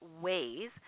ways